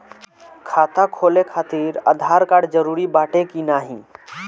खाता खोले काहतिर आधार कार्ड जरूरी बाटे कि नाहीं?